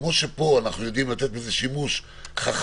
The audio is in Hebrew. כמו שפה אנחנו יודעים לתת לזה שימוש חכם,